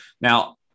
Now